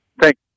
Thank